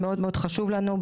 מאוד חשוב לנו.